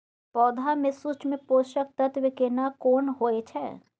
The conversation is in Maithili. पौधा में सूक्ष्म पोषक तत्व केना कोन होय छै?